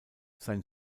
sein